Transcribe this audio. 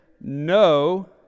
no